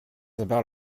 about